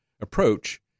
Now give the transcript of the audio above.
approach